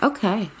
Okay